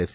F